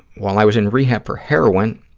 while i was in rehab for heroin,